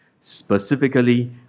Specifically